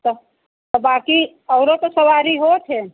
तो तो बाकी और तो सवारी होती हैं